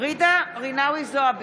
ג'ידא רינאוי זועבי,